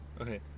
Okay